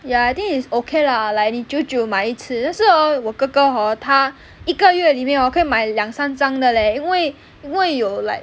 ya I think it's okay lah like 你久久买一次但是 hor 我哥哥 hor 他一个月里面 hor 可以买两三张的 leh 因为因为有 like